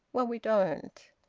well, we don't.